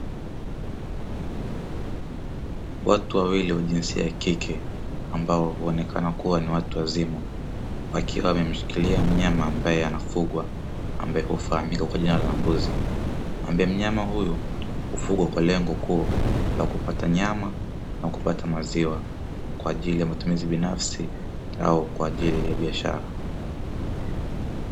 Watu wawili wa jinsia ya kike ambao huonekana kuwa ni watu wazima, wakiwa wameshikilia mnyama ambaye anayefugwa anayefahamika kwa jina la mbuzi, ambaye mnyama huyu hufugwa kwa lengo kuu la kupata nyama na kupata maziwa kwa ajili ya matumizi binafsi au kwa ajili ya biashara.